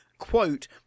quote